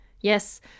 Yes